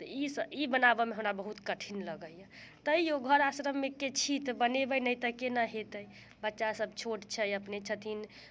तऽ ई सभ ई बनाबऽमे हमरा बहुत कठिन लगैया तैयो घर आश्रमकेमे छी तऽ बनैबे नहि तऽ केना होयतै बच्चा सभ छोट छै अपने छथिन